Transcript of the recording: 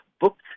booked